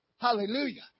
Hallelujah